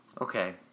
Okay